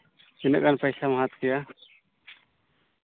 ᱛᱤᱱᱟᱹᱜ ᱜᱟᱱ ᱯᱚᱭᱥᱟᱢ ᱜᱟᱛᱟᱣ ᱠᱮᱭᱟ